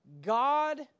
God